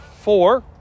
four